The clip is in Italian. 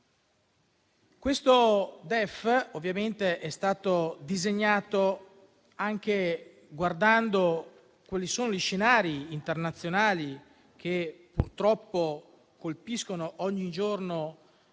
Questo DEF, ovviamente, è stato disegnato anche guardando quali sono gli scenari internazionali che purtroppo colpiscono ogni giorno